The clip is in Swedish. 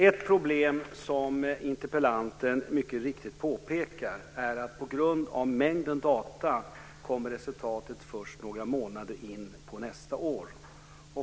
Ett problem är, som interpellanten mycket riktigt påpekar, att resultatet på grund av mängden data kommer först några månader in på nästa år.